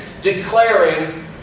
declaring